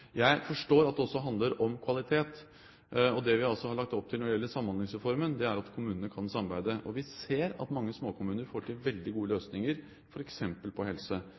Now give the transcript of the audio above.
Jeg forstår at det også handler om kvalitet, og det vi har lagt opp til når det gjelder Samhandlingsreformen, er at kommunene kan samarbeide. Vi ser at mange småkommuner får til veldig gode løsninger, f.eks. på helse.